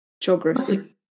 geography